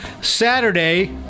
Saturday